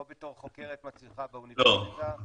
או בתור חוקרת מצליחה באוניברסיטה --- לא,